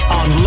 on